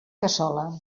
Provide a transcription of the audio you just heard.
cassola